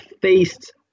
faced